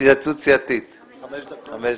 התייעצות סיעתית חמש דקות.